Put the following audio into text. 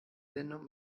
sendung